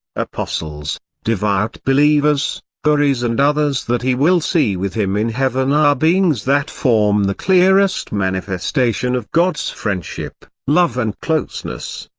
apostles devout believers, houris and others that he will see with him in heaven are beings that form the clearest manifestation of god's friendship, love and closeness.